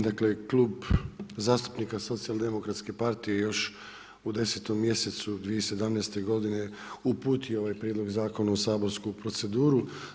Dakle, Klub zastupnika Socijaldemokratske partije još u 10 mjesecu 2017. godine uputio ovaj prijedlog zakona u saborsku proceduru.